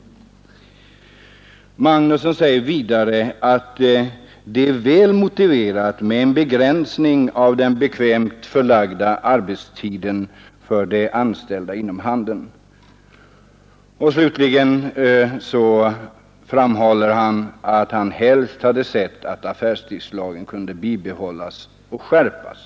Herr Magnusson säger vidare att det är väl motiverat med en begränsning av den obekvämt förlagda arbetstiden för de anställda inom handeln. Slutligen framhåller han att han helst hade sett att affärstidslagen kunde bibehållas och skärpas.